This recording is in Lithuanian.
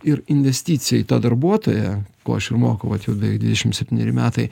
ir investicija į tą darbuotoją ko aš ir mokau va beveik dvidešimt septyneri metai